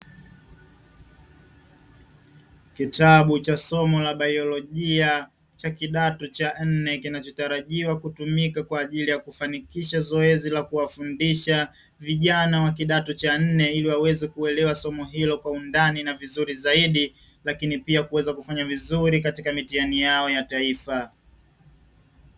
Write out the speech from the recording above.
Kitabu cha somo la biolojia cha kidato cha nne kinachotarajiwa kutumika kwa ajili ya kufanikisha zoezi la kuwafundisha vijana wa kidato cha nne ili waweze kuelewa somo hilo kwa undani na vizuri zaidi, lakini pia kuweza kufanya vizuri katika mitihani yao ya taifa.